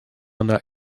она